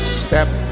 step